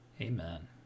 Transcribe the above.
Amen